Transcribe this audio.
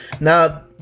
Now